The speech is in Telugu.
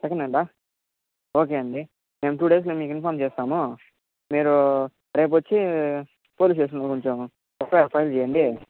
సెకండ్ హ్యాండా ఓకే అండి నేను టూ డేస్లో మీకు ఇన్ఫార్మ్ చేస్తాము మీరు రేపొచ్చి పోలీస్ స్టేషన్లో కొంచెం ఎఫ్ఐఆర్ ఫైల్ చెయ్యండి